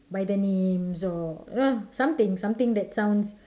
by their names or you know uh something something that sounds